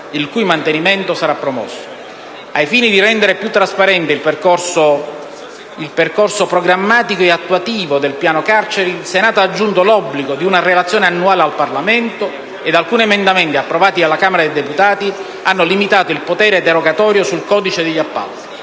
il Senato ha aggiunto l'obbligo di una relazione annuale al Parlamento, ed alcuni emendamenti, approvati dalla Camera dei deputati, hanno limitato il potere derogatorio sul codice degli appalti.